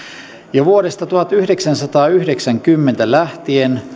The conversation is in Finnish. jo vuodesta tuhatyhdeksänsataayhdeksänkymmentä lähtien